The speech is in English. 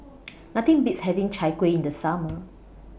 Nothing Beats having Chai Kuih in The Summer